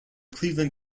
cleveland